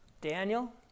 Daniel